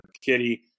Kitty